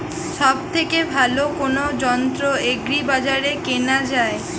সব থেকে ভালো কোনো যন্ত্র এগ্রি বাজারে কেনা যায়?